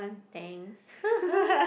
thanks